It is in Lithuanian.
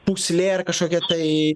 pūslė ar kažkokia tai